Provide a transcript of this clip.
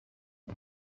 qui